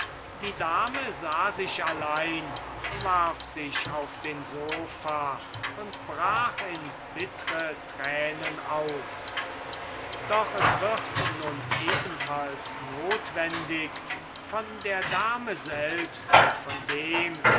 die dame sah sich allein warf sich auf den sofa und brach in bittre tränen aus doch es wird nun ebenfalls notwendig von der dame selbst und von dem